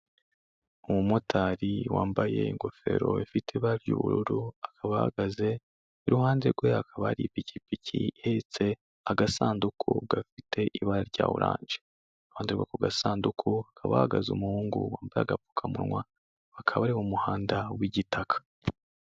Umumotari wambaye ingofero ifite ibara ry'ubururu, akaba ahahagaze, iruhande rwe hakaba hari ipikipiki ihetse agasanduku gafite ibara rya oranje, iruhande rwako gasanduku, hakaba hahagaze umuhungu wambaye agapfukamunwa, hakaba hari umuhanda w'igitaka.